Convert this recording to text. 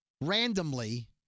randomly